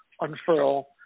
unfurl